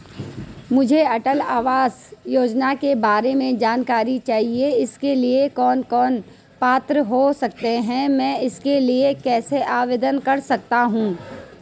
मुझे अटल आवास योजना के बारे में जानकारी चाहिए इसके लिए कौन कौन पात्र हो सकते हैं मैं इसके लिए कैसे आवेदन कर सकता हूँ?